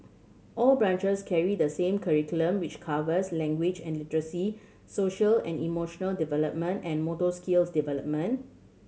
all branches carry the same curriculum which covers language and literacy social and emotional development and motor skills development